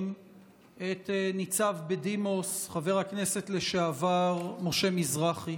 את ניצב בדימוס חבר הכנסת לשעבר משה מזרחי.